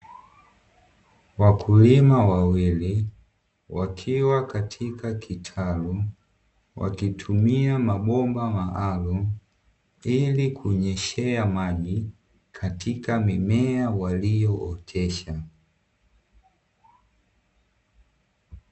Wakulima wawili wakiwa katika kitalu wakitumia mabomba maalumu, ili kunyeshea maji katika mimea waliyootesha.